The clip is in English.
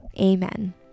Amen